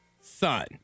son